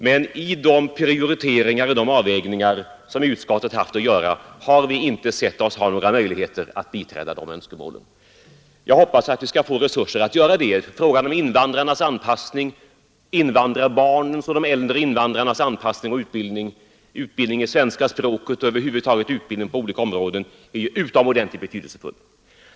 Men i de prioriteringar och de avvägningar som utskottet haft att göra har vi inte sett några möjligheter att biträda önskemålen. Jag hoppas att vi skall få resurser att göra det senare. Frågan om invandrarbarnens och de äldre invandrarnas anpassning och utbildning — utbildning i svenska språket och över huvud taget på olika områden — är ju utomordentligt betydelsefull.